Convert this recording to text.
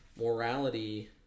Morality